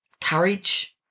courage